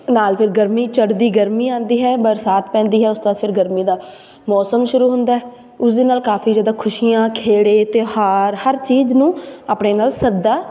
ਨਾਲ ਫਿਰ ਗਰਮੀ ਚੜ੍ਹਦੀ ਗਰਮੀ ਆਉਂਦੀ ਹੈ ਬਰਸਾਤ ਪੈਂਦੀ ਹੈ ਉਸ ਤਰ੍ਹਾਂ ਫਿਰ ਗਰਮੀ ਦਾ ਮੌਸਮ ਸ਼ੁਰੂ ਹੁੰਦਾ ਉਸ ਦੇ ਨਾਲ ਕਾਫ਼ੀ ਜ਼ਿਆਦਾ ਖੁਸ਼ੀਆਂ ਖੇੜੇ ਤਿਉਹਾਰ ਹਰ ਚੀਜ਼ ਨੂੰ ਆਪਣੇ ਨਾਲ ਸੱਦਾ